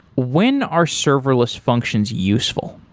when are serverless functions useful?